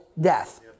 death